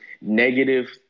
negative